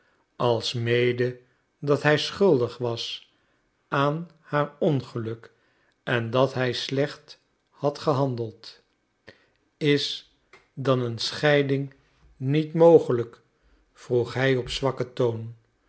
alsmede dat hij schuldig was aan haar ongeluk en dat hij slecht had gehandeld is dan een scheiding niet mogelijk vroeg hij op zwakken toon